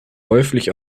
häufig